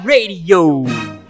Radio